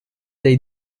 dei